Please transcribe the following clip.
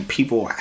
people